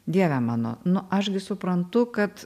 dieve mano nu aš gi suprantu kad